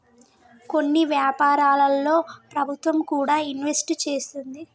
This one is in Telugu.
కొన్ని వ్యాపారాల్లో ప్రభుత్వం కూడా ఇన్వెస్ట్ చేస్తుంది